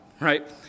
right